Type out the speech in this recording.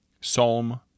Psalm